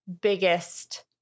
biggest